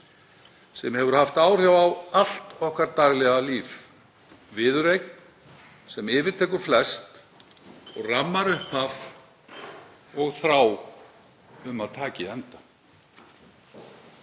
sem hefur haft áhrif á allt okkar daglega líf, viðureign sem yfirtekur flest og rammar upphaf og þrá um að taki enda.